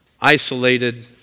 isolated